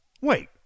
Wait